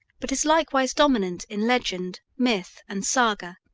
but is likewise dominant in legend, myth, and saga,